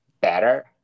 better